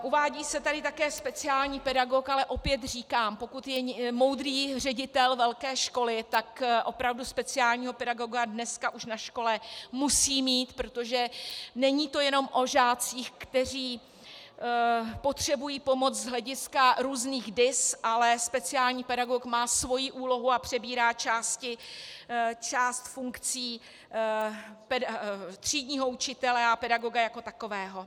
Uvádí se tady také speciální pedagog, ale opět říkám, pokud je moudrý ředitel velké školy, tak opravdu speciálního pedagoga dneska už na škole musí mít, protože není to jenom o žácích, kteří potřebují pomoc z hlediska různých DIS, ale speciální pedagog má svoji úlohu a přebírá část funkcí třídního učitele a pedagoga jako takového.